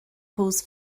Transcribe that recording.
pulls